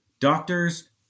doctors